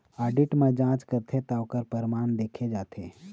audit म जांच करथे त ओखर परमान देखे जाथे